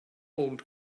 old